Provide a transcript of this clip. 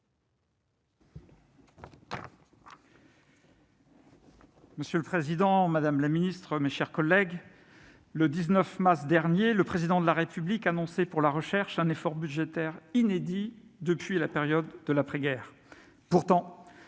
Monsieur le président, madame la ministre, mes chers collègues, le 19 mars dernier, le Président de la République annonçait pour la recherche un effort budgétaire inédit depuis la période de l'après-guerre. Pourtant,